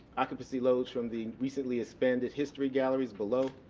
occupancy loads from the recently expanded history galleries below.